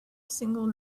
single